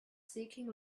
seeking